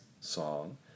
song